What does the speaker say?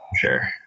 sure